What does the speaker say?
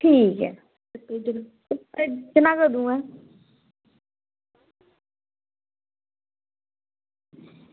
ठीक ऐ भेजना कदूं ऐ